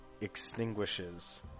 extinguishes